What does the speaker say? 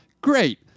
great